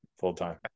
full-time